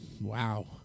Wow